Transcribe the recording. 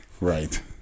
Right